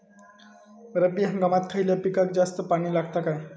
रब्बी हंगामात खयल्या पिकाक जास्त पाणी लागता काय?